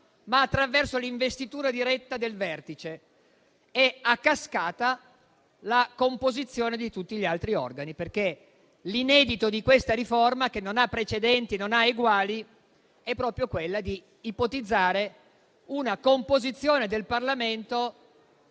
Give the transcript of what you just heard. ma attraverso l'investitura diretta del vertice e, a cascata, la composizione di tutti gli altri organi, perché l'inedito di questa riforma, che non ha precedenti e non ha eguali, è proprio ipotizzare una composizione del Parlamento